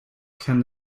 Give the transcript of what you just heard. can